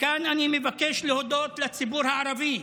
מכאן אני מבקש להודות לציבור הערבי,